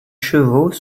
chevaux